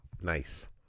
Nice